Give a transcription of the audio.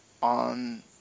on